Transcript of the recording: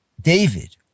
David